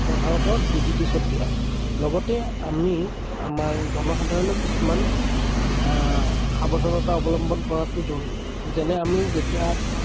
প্ৰধানতঃ ডিডিটি ছটিওৱা লগতে আমি আমাৰ জনসাধাৰণে কিছুমান সাৱধানতা অৱলম্বন কৰাটো জৰুৰী যেনে আমি যেতিয়া